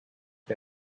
the